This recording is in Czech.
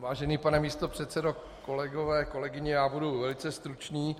Vážený pane místopředsedo, kolegyně, kolegové, já budu velice stručný.